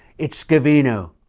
it's scavino.